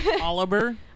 Oliver